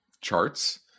charts